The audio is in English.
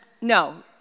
No